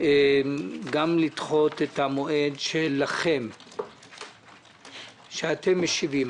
גם לדחות את המועד שלכם שאתם משיבים.